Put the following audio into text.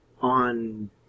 on